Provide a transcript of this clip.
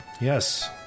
Yes